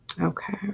Okay